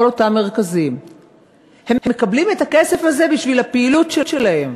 כל אותם מרכזים מקבלים את הכסף הזה בשביל הפעילות שלהם,